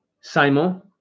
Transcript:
Simon